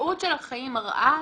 המציאות של החיים מראה